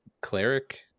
cleric